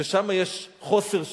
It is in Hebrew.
ששם יש חוסר שוויון.